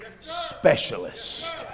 specialist